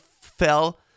fell